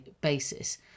basis